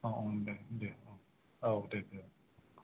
औ औ दे दे औ दे दे